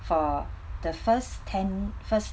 for the first ten first